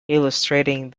illustrating